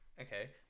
okay